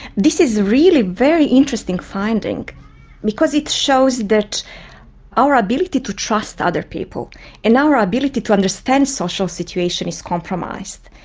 this is really a very interesting finding because it shows that our ability to trust other people and our our ability to understand social situations is compromised.